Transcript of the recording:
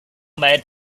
made